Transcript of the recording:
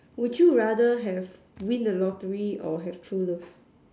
would you rather have win the lottery or have true love